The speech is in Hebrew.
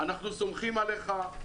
אנחנו סומכים עליך,